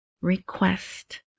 request